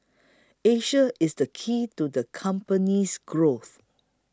Asia is the key to the company's growth